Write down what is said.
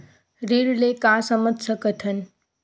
ऋण ले का समझ सकत हन?